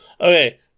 Okay